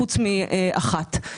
חוץ מאחת.